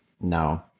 no